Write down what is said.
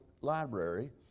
library